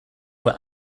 were